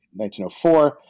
1904